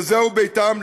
שזהו ביתם,